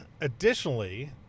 additionally